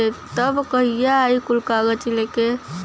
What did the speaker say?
तब कहिया आई कुल कागज़ लेके?